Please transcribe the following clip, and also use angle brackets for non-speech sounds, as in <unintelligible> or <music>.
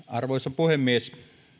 <unintelligible> arvoisa puhemies